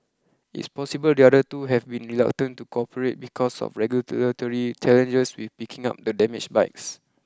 it's possible the other two have been reluctant to cooperate because of regulatory challenges with picking up the damaged bikes